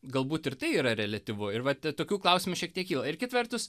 galbūt ir tai yra reliatyvu ir vat tokių klausimų šiek tiek kyla ir ketvertus